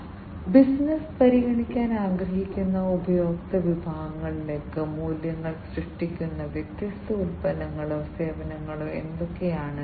അതിനാൽ ബിസിനസ്സ് പരിഗണിക്കാൻ ആഗ്രഹിക്കുന്ന ഉപഭോക്തൃ വിഭാഗങ്ങൾക്ക് മൂല്യങ്ങൾ സൃഷ്ടിക്കുന്ന വ്യത്യസ്ത ഉൽപ്പന്നങ്ങളോ സേവനങ്ങളോ ഏതൊക്കെയാണ്